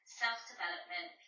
self-development